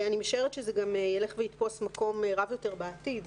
אני משערת שזה גם ילך ויתפוס מקום רב יותר בעתיד.